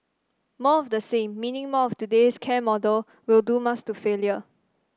more of the same meaning more of today's care model will doom us to failure